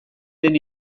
den